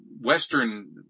Western